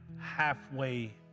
halfway